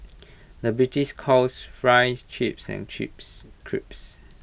the British calls Fries Chips and Chips Crisps